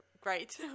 great